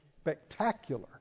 Spectacular